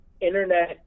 internet